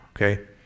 okay